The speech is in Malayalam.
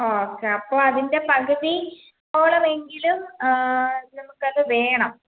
ഓക്കേ അപ്പോൾ അതിന്റെ പകുതി ഓളമെങ്കിലും നമുക്കത് വേണം